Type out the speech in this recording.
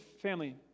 family